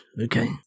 Okay